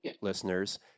listeners